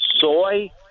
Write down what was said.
soy